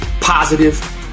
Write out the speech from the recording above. positive